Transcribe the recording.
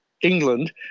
England